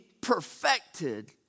perfected